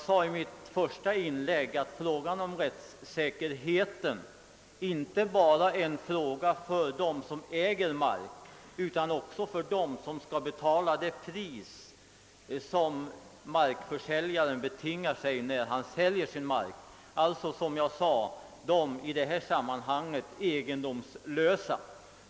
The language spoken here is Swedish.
I mitt första inlägg framhöll jag att rättssäkerheten inte bara är en fråga för dem som äger mark, utan också för dem som skall betala det pris som markförsäljaren betingar sig när han säljer — d.v.s. för de i detta sammanhang egendomslösa.